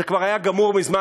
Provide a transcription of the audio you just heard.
זה כבר היה גמור מזמן,